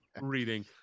reading